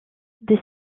des